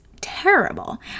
terrible